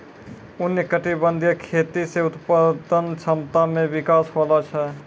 उष्णकटिबंधीय खेती से उत्पादन क्षमता मे विकास होलो छै